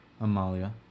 Amalia